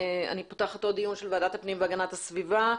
אני פותחת עוד דיון של ועדת הפנים והגנת הסביבה.